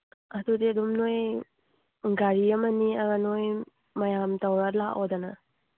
ꯑꯗꯨꯗꯤ ꯑꯗꯨꯝ ꯅꯣꯏ ꯒꯥꯔꯤ ꯑꯃ ꯅꯦꯛꯑꯒ ꯅꯣꯏ ꯃꯌꯥꯝ ꯇꯧꯔ ꯂꯥꯛꯑꯣꯗꯅ